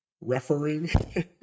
referring